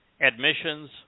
admissions